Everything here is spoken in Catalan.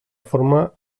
forma